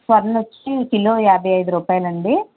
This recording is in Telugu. స్వర్ణ వచ్చి కిలో యాభై ఐదు రూపాయలండి